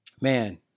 man